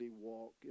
walk